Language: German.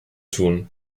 tun